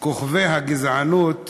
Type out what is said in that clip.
כוכבי הגזענות,